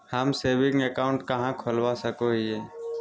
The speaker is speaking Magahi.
हम सेविंग अकाउंट कहाँ खोलवा सको हियै?